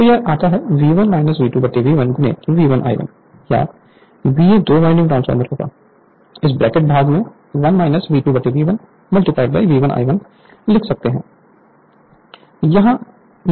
तो यह V1 V2V1 V1 I1 या VA दो वाइंडिंग ट्रांसफार्मर होगा इस ब्रैकेट भाग में 1 V2V1 V1 I1 लिख सकता है